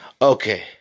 Okay